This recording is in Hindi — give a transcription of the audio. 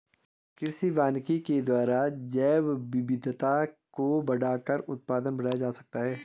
कृषि वानिकी के द्वारा जैवविविधता को बढ़ाकर उत्पादन बढ़ाया जा सकता है